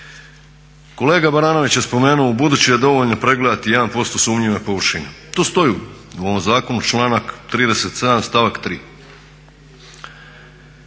Kolega Baranović je spomenuo budući je dovoljno pregledati jedan posto sumnjive površine. Tu stoji u ovom zakonu članak 37. stavak 3.